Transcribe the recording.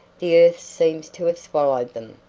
the earth seems to have swallowed them.